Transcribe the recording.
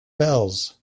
bells